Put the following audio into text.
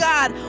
God